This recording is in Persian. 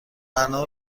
غنا